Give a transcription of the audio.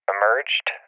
emerged